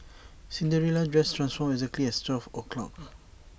Cinderella's dress transformed exactly at twelve o'clock